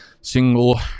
single